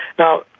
now,